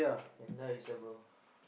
can die sia bro